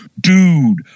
dude